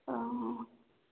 ହଁ ହଁ